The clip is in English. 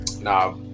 nah